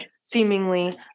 Seemingly